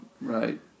Right